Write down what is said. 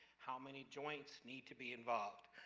how many joints need to be involved?